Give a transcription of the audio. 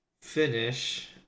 finish